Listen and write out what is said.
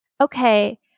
okay